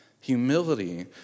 Humility